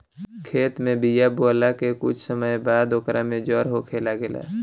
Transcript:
खेत में बिया बोआला के कुछ समय बाद ओकर में जड़ होखे लागेला